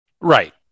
right